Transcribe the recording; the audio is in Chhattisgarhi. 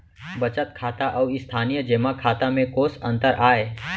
बचत खाता अऊ स्थानीय जेमा खाता में कोस अंतर आय?